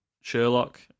Sherlock